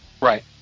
Right